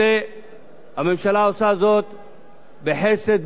הממשלה עושה זאת בחסד, בחמלה וברגישות.